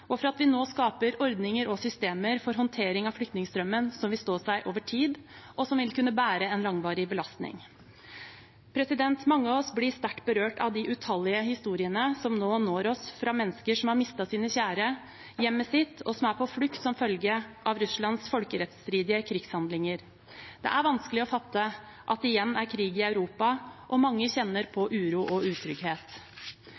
og for at vi nå skaper ordninger og systemer for håndtering av flyktningstrømmen som vil stå seg over tid, og som vil kunne bære en langvarig belastning. Mange av oss blir sterkt berørt av de utallige historiene som nå når oss fra mennesker som har mistet sine kjære og hjemmet sitt, og som er på flukt som følge av Russlands folkerettsstridige krigshandlinger. Det er vanskelig å fatte at det igjen er krig i Europa, og mange kjenner